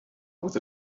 with